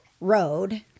Road